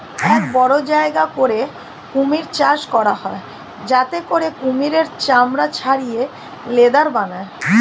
এক বড় জায়গা করে কুমির চাষ করা হয় যাতে করে কুমিরের চামড়া ছাড়িয়ে লেদার বানায়